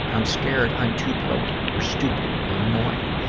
i'm scared i'm too broken or stupid or annoying.